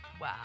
Wow